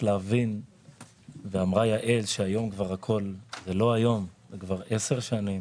ואמרה יעל שכבר 10 שנים